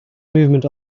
movement